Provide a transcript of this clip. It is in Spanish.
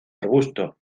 arbusto